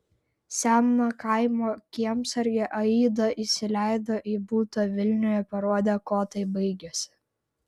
seną kaimo kiemsargį aida įsileido į butą vilniuje parodė kuo tai baigėsi